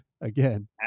again